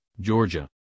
georgia